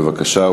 בבקשה,